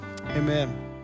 amen